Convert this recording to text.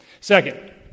Second